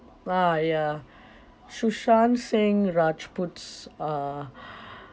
ah ya sushant singh rajput's uh